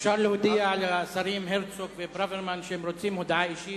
אפשר להודיע לשרים הרצוג וברוורמן שאם הם רוצים הודעה אישית,